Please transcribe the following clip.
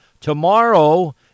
Tomorrow